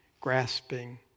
grasping